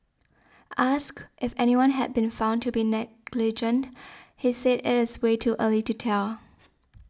asked if anyone had been found to be negligent he said it is way too early to tell